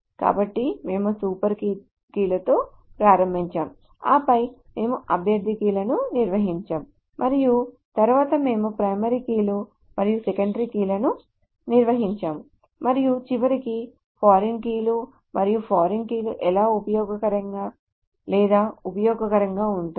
కాబట్టి మేము సూపర్ కీలతో ప్రారంభించాము ఆపై మేము అభ్యర్థి కీలను నిర్వచించాము మరియు తరువాత మేము ప్రైమరీ కీలు మరియు సెకండరీ కీలను నిర్వచించాము మరియు చివరకు ఫారిన్ కీలు మరియు ఫారిన్ కీ ఎలా ఉపయోగకరంగా లేదా ఉపయోగకరంగా ఉంటుంది